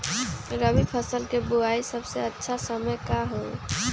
रबी फसल के बुआई के सबसे अच्छा समय का हई?